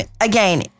Again